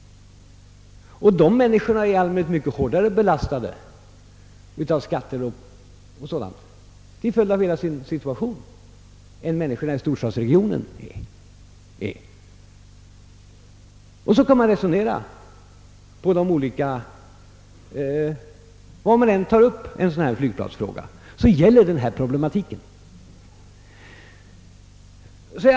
Och människorna i Norrland är i allmänhet mycket hårdare belastade av skatter och annat än folk i storstadsregionerna. Så kan man resonera på alla platser. Varhelst en flygplatsfråga blir aktuell gäller denna problematik.